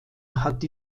hat